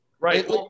Right